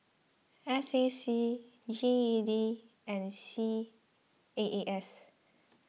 S A C G E D and C A A S